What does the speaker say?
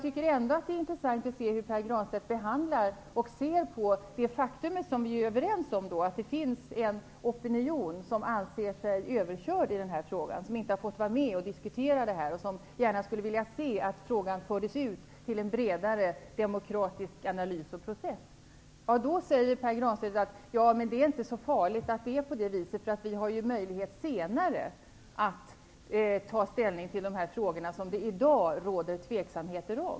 Det är intressant att se hur Pär Granstedt behandlar det faktum som vi är överens om, att det finns en opinion som anser sig vara överkörd och som inte har fått vara med och diskutera, men som gärna skulle vilja se att frågan fördes ut till en bredare demokratisk analys och process. Pär Granstedt säger att det inte är så farligt, därför att vi senare har möjlighet att ta ställning till de frågor där det i dag råder tveksamheter.